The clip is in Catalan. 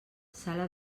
sala